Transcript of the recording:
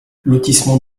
lotissement